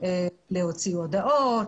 להוציא הודעות,